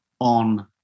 on